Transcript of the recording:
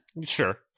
Sure